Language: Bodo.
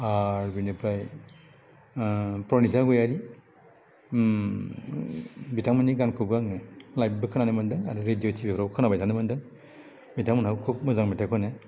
आरो बेनिफ्राय प्रनिता गयारी बिथांमोननि गानखौबो आङो लाइभबो खोनानो मोन्दों आरो रेडिय' टिभिफ्राव खोनानो मोनबाय थादों बिथांमोनाबो खुब मोजां मेथाइ खनो